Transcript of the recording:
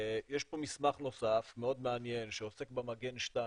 ויש פה מסמך נוסף מאוד מעניין שעוסק במגן 2,